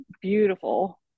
beautiful